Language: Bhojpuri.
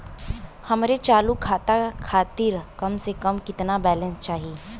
हमरे चालू खाता खातिर कम से कम केतना बैलैंस चाही?